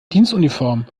dienstuniform